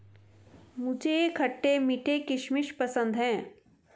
मुझे खट्टे मीठे किशमिश पसंद हैं